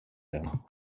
werden